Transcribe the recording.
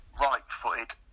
Right-footed